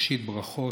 ראשית, ברכות.